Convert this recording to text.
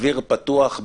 אוויר פתוח,